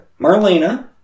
Marlena